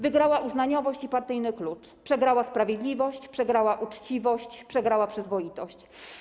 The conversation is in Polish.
Wygrała uznaniowość i partyjny klucz, przegrała sprawiedliwość i uczciwość, przegrała przyzwoitość.